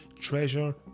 treasure